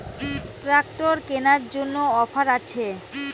Tractor কেনার জন্য offer আছে?